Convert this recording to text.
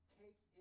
takes